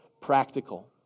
practical